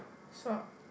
so